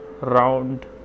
round